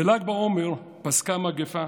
בל"ג בעומר פסקה מגפה